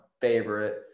favorite